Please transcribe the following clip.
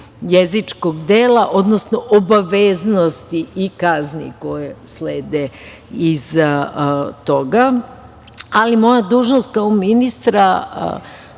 jezičkog dela, odnosno obaveznosti i kazni koje slede iz toga. Ali moja dužnost, kao ministra,